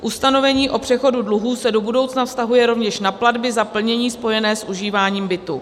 Ustanovení o přechodu dluhů se do budoucna vztahuje rovněž na platby za plnění spojené s užíváním bytu.